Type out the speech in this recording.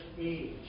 age